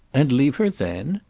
and leave her then?